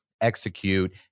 execute